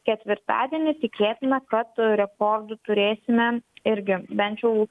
ketvirtadienį tikėtina kad rekordų turėsime irgi bent jau